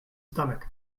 stomach